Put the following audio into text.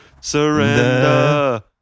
Surrender